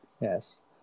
yes